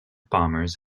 bombers